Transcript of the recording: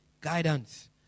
guidance